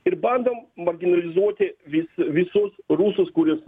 ir bandom mobilizuoti vis visus rusus kuriuos